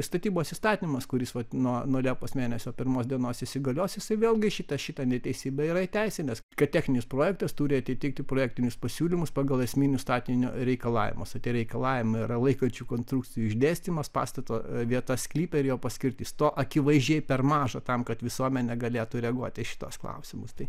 statybos įstatymas kuris vat nuo nuo liepos mėnesio pirmos dienos įsigalios jisai vėlgi šitą šitą neteisybę yra įteisinęs kad techninis projektas turi atitikti projektinius pasiūlymus pagal esminius statinio reikalavimus tie reikalavimai yra laikančių konstrukcijų išdėstymas pastato vieta sklype ir jo paskirtis to akivaizdžiai per maža tam kad visuomenė galėtų reaguoti į šituos klausimus tai